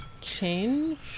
change